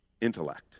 intellect